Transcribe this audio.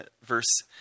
verse